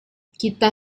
kita